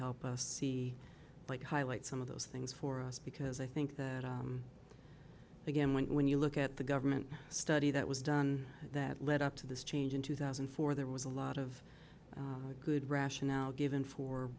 help us see like highlight some of those things for us because i think that again when you look at the government study that was done that led up to this change in two thousand and four there was a lot of good rationale given for